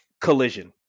collision